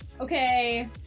okay